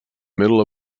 middle